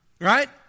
right